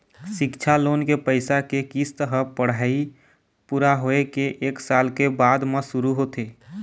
सिक्छा लोन के पइसा के किस्त ह पढ़ाई पूरा होए के एक साल के बाद म शुरू होथे